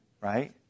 Right